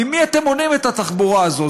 ממי אתם מונעים את התחבורה הזאת?